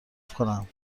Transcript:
کنم